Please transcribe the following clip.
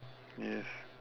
yes